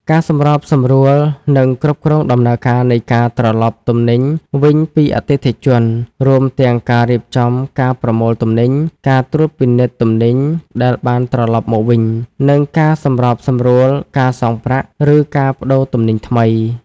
ការសម្របសម្រួល និងគ្រប់គ្រងដំណើរការនៃការត្រឡប់ទំនិញវិញពីអតិថិជន រួមទាំងការរៀបចំការប្រមូលទំនិញ ការត្រួតពិនិត្យទំនិញដែលបានត្រឡប់មកវិញ និងការសម្របសម្រួលការសងប្រាក់ ឬការប្តូរទំនិញថ្មី។